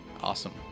Awesome